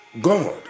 God